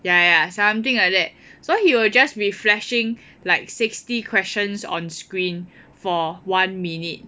ya ya something like that so he will just be flashing like sixty questions on screen for one minute